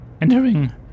entering